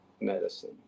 medicine